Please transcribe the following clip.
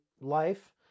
life